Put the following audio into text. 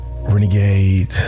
Renegade